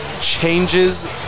changes